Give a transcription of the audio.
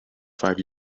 five